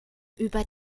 über